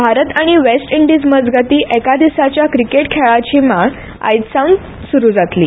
Bharat West इंडिजा मजगतीं एका दिसाच्या क्रिकेट खघेळाची माळ आज सावन सुरू जातली